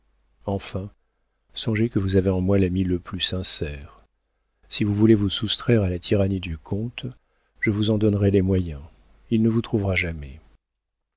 enfin songez que vous avez en moi l'ami le plus sincère si vous voulez vous soustraire à la tyrannie du comte je vous en donnerai les moyens il ne vous trouvera jamais